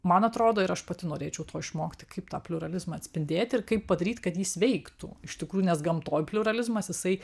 man atrodo ir aš pati norėčiau to išmokti kaip tą pliuralizmą atspindėti ir kaip padaryt kad jis veiktų iš tikrųjų nes gamtoj pliuralizmas jisai